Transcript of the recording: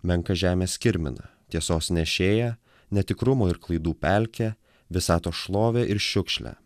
menką žemės kirminą tiesos nešėją netikrumo ir klaidų pelkę visatos šlovę ir šiukšlę